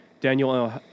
Daniel